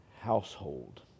household